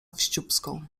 wściubską